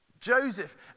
Joseph